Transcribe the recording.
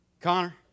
Connor